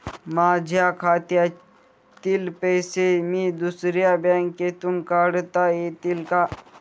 माझ्या खात्यातील पैसे मी दुसऱ्या बँकेतून काढता येतील का?